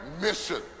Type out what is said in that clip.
mission